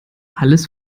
alles